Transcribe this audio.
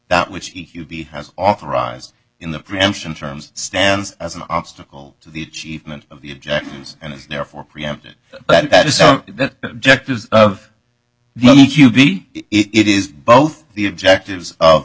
that which he has authorized in the preemption terms stands as an obstacle to the achievement of the objectives and is therefore preempted but that is that of it is both the objectives of